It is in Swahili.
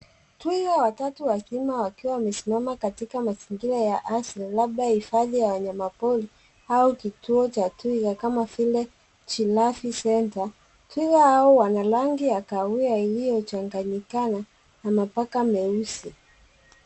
Twiga watatu wazima wakiwa wamesimama katika mazingira ya asili labda hifadhi ya wanyama pori au kituo cha twiga kama vile Giraffe Centre. Twiga hao wana rangi ya kahawia iliyochanganyikanya na mapaka meusi.